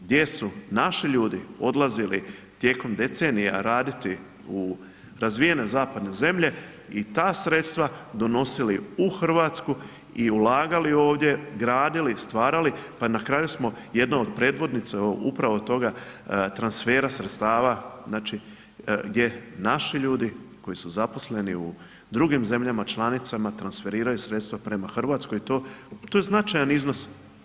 Gdje su naši ljudi odlazili tijekom decenija raditi u razvijene zapadne zemlje i ta sredstva donosili u Hrvatsku i ulagali ovdje, gradili i stvarali pa na kraju smo jedno od predvodnice upravo toga transfera sredstava gdje naši ljudi koji su zaposleni u drugim zemljama članicama transferiraju sredstva prema Hrvatskoj i to je značajan iznos.